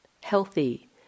healthy